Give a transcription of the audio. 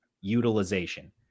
utilization